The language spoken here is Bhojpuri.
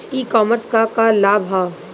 ई कॉमर्स क का लाभ ह?